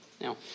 Now